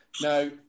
Now